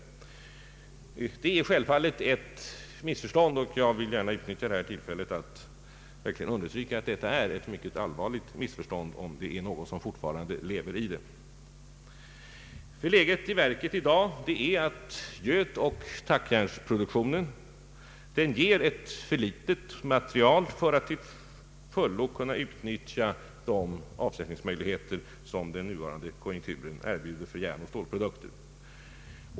Det är självfallet ett missförstånd, och jag vill gärna utnyttja detta tillfälle att verkligen understryka att det är ett mycket allvarlig missförstånd, om någon fortfarande lever i den tron. Dagens läge i verket är att götoch tackjärnsproduktionen ger ett för litet material för att man till fullo skall kunna utnyttja de avsättningsmöjligheter som den nuvarande konjunkturen erbjuder för järnoch stålprodukter.